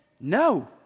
No